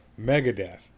Megadeth